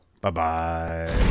bye-bye